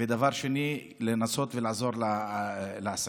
ודבר שני לנסות ולעזור לעסקים.